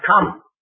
come